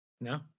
No